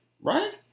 Right